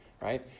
right